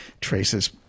traces